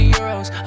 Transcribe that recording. Euros